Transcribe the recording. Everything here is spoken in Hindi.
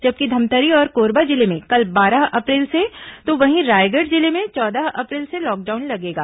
जबकि धमतरी और कोरबा जिले में कल बारह अप्रैल से तो वहीं रायगढ़ जिले में चौदह अप्रैल से लॉकडाउन लगेगा